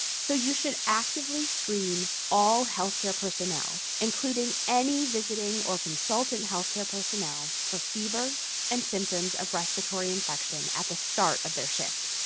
so you should actively screen all healthcare personnel, including any visiting or consultant healthcare personnel for fever and symptoms of respiratory infection at the start of their shift.